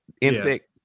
insect